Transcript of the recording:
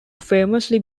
famously